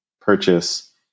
purchase